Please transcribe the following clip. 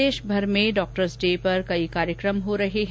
प्रदेशभर में doctors' day पर कई कार्यकम हो रहे है